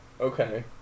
Okay